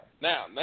Now